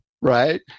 right